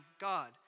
God